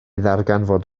ddarganfod